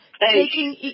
taking